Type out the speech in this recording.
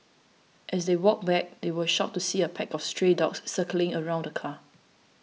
as they walked back they were shocked to see a pack of stray dogs circling around the car